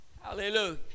Hallelujah